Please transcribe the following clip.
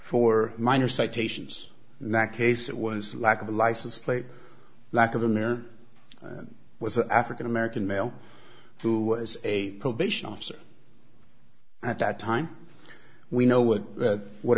for minor citations in that case it was lack of a license plate lack of a mare that was an african american male who was a probation officer at that time we know what that what